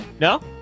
No